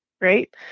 right